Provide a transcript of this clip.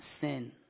sin